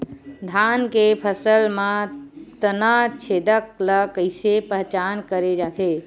धान के फसल म तना छेदक ल कइसे पहचान करे जाथे?